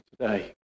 today